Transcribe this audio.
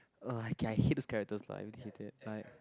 ugh okay I hate this character lah I really hated like